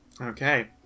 Okay